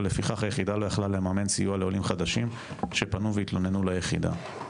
ולפיכך היחידה לא יכלה לממן סיוע לעולים חדשים שפנו והתלוננו ליחידה.